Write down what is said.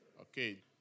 Okay